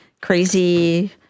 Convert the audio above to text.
crazy